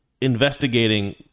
investigating